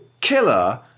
Killer